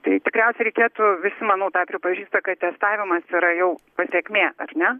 tai tikriausiai reikėtų visi manau tą pripažįsta kad testavimas yra jau pasekmė ar ne